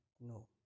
no